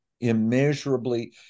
immeasurably